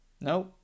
No